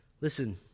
Listen